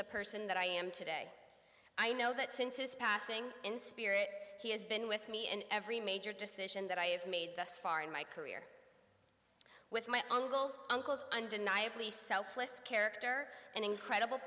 the person that i am today i know that since his passing in spirit he has been with me in every major decision that i have made thus far in my career with my uncle's uncle's undeniably selfless character and incredible